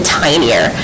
tinier